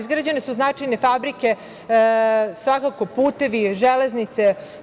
Izgrađene su značajne fabrike, svakako putevi, železnice.